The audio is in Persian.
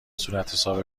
صورتحساب